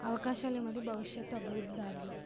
అవకాశాలు మరియు భవిష్యత్తు అభివృద్ధి దారులు